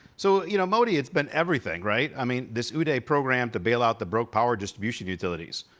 so, you know, modi, it's been everything, right? i mean, this uday program to bail out the broke power distribution utilities.